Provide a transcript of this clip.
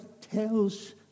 tells